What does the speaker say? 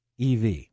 EV